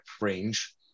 range